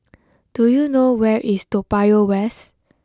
do you know where is Toa Payoh West